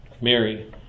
Mary